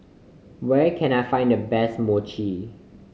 where can I find the best Mochi